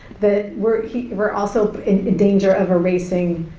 that we're we're also in danger of erasing,